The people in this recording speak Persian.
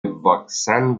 واکسن